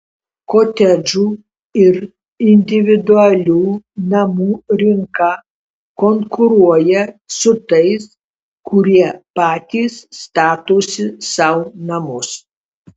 kotedžų ir individualių namų rinka konkuruoja su tais kurie patys statosi sau namus